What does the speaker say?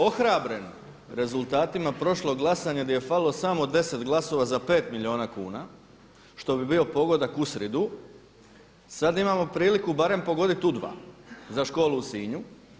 Ohrabren rezultatima prošlog glasanja gdje je falilo samo 10 glasova za pet milijuna kuna što bi bio pogodak u sridu, sada imamo priliku barem pogoditi u dva za školu u Sinju.